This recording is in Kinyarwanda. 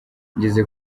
ngeze